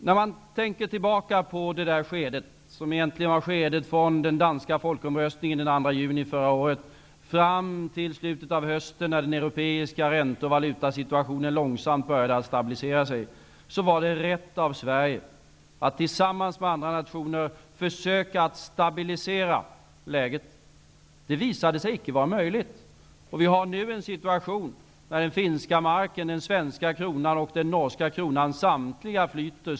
När man tänker tillbaka på detta skede -- som egentligen sträcker sig från den danska folkomröstningen den 2 juni förra året fram till slutet av hösten, då den europeiska ränte och valutasituationen långsamt började att stabilisera sig -- var det rätt av Sverige att tillsammans med andra nationer försöka att stabilisera läget. Det visade sig icke vara möjligt. Vi har nu en situation där den finska marken, den svenska kronan och den norska kronan samtliga flyter.